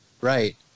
Right